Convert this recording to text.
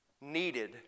needed